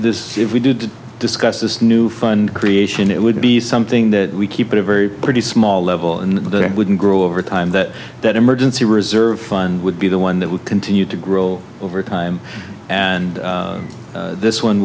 this if we did discuss this new fund creation it would be something that we keep it a very pretty small level and that it wouldn't grow over time that that emergency reserve fund would be the one that would continue to grow over time and this one